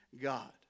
God